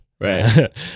Right